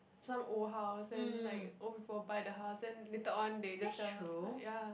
some old house then like old people buy the house then later on they just sell the house like ya